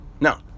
Now